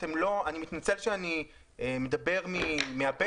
אני מתנצל שאני מדבר מהבטן.